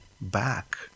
back